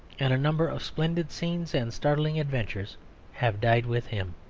and a number of splendid scenes and startling adventures have died with him.